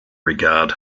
regard